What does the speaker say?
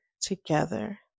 together